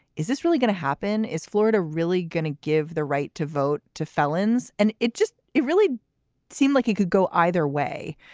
is this really going to happen? is florida really going to give the right to vote to felons? and it just it really seemed like it could go either way.